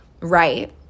right